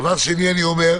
אני שואל